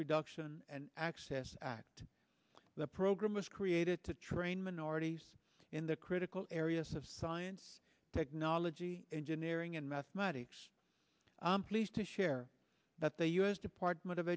reduction and access act the program was created to train minorities in the critical areas of science technology engineering and mathematics i'm pleased to share that the u s department of